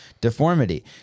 deformity